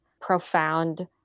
profound